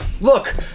Look